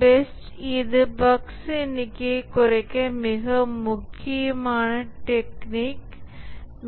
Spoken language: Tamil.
டெஸ்ட் இது பஃக்ஸ் எண்ணிக்கையைக் குறைக்க மிக முக்கியமான டெக்னிக்